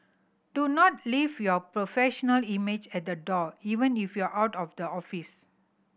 do not leave your professional image at the door even if you are out of the office